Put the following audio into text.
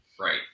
Right